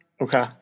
Okay